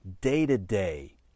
day-to-day